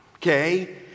okay